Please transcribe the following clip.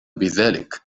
بذلك